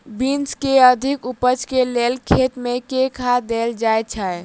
Beans केँ अधिक उपज केँ लेल खेत मे केँ खाद देल जाए छैय?